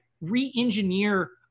re-engineer